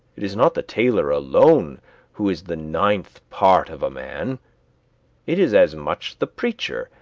it is not the tailor alone who is the ninth part of a man it is as much the preacher,